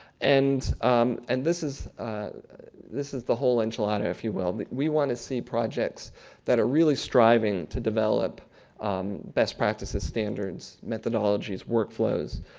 and um and this is this is the whole enchilada if you will. we want to see projects that are really striving to develop best practices standards, methodologies, workflows,